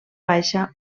baixa